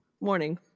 morning